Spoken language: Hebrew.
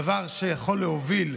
דבר שיכול להוביל,